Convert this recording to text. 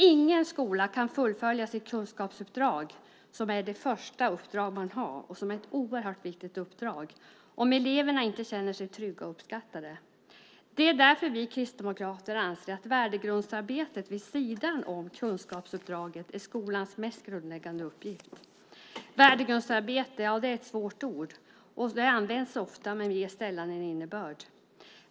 Ingen skola kan fullfölja sitt kunskapsuppdrag, som är det första uppdrag man har och som är ett oerhört viktigt uppdrag, om eleverna inte känner sig trygga och uppskattade. Det är därför vi kristdemokrater anser att värdegrundsarbetet vid sidan om kunskapsuppdraget är skolans mest grundläggande uppgift. Värdegrundsarbete är ett svårt ord. Det används ofta men ges sällan en innebörd.